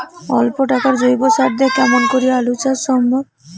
অল্প টাকার জৈব সার দিয়া কেমন করি আলু চাষ সম্ভব?